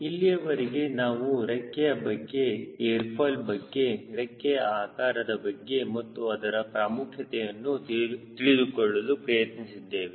ಇಲ್ಲಿಯವರೆಗೆ ನಾವು ರೆಕ್ಕೆಯ ಬಗ್ಗೆ ಏರ್ ಫಾಯ್ಲ್ ಬಗ್ಗೆ ರೆಕ್ಕೆಯ ಆಕಾರದ ಬಗ್ಗೆ ಮತ್ತು ಅದರ ಪ್ರಾಮುಖ್ಯತೆಯನ್ನು ತಿಳಿದುಕೊಳ್ಳಲು ಪ್ರಯತ್ನಿಸಿದ್ದೇವೆ